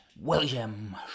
William